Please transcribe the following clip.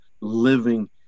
living